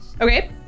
Okay